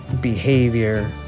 behavior